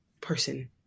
person